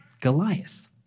Goliath